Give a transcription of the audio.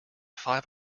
five